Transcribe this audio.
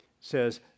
says